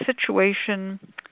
situation